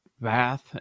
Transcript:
bath